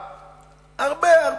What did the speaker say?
חבר הכנסת אלדד,